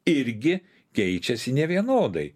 irgi keičiasi nevienodai